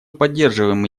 поддерживаем